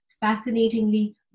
fascinatingly